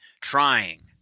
trying